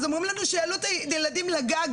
אז אומרים לנו שיעלו את הילדים לגג